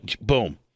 boom